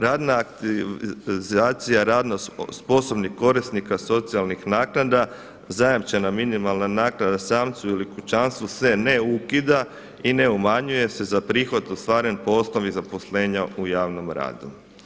Radna aktivacija radno sposobnih korisnika socijalnih naknada, zajamčena minimalna naknada samcu ili kućanstvu se ne ukida i ne umanjuje se za prihod ostvaren po osnovi zaposlenja u javnom radu.